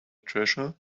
treasure